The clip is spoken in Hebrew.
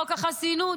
חוק החסינות.